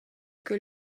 que